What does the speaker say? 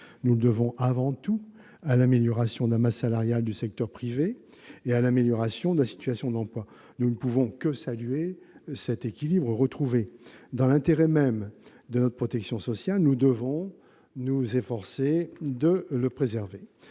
Nous le devons avant tout à l'amélioration de la masse salariale du secteur privé et à l'amélioration de la situation de l'emploi. Nous ne pouvons que saluer cet équilibre retrouvé. Dans l'intérêt même de notre protection sociale, nous devons nous efforcer de le préserver.